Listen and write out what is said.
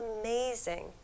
amazing